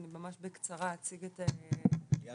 אני ממש בקצרה אציג את מפלג